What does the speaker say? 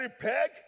peg